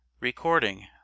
Recording